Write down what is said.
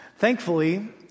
Thankfully